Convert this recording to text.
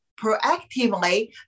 proactively